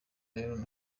aaron